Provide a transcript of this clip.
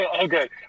Okay